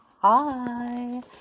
hi